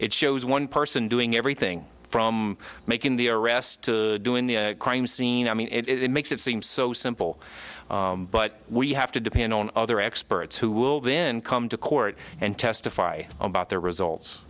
it shows one person doing everything from making the arrest to doing the crime scene i mean it makes it seem so simple but we have to depend on other experts who will then come to court and testify about their results